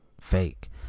fake